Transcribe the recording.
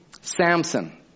Samson